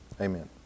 amen